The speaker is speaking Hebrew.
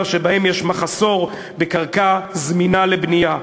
שבהם יש מחסור בקרקע זמינה לבנייה.